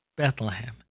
Bethlehem